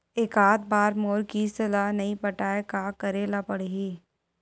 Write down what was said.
एकात बार मोर किस्त ला नई पटाय का करे ला पड़ही?